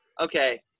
okay